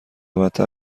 بدتر